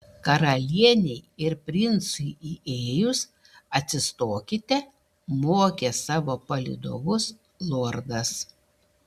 karalienei ir princui įėjus atsistokite mokė savo palydovus lordas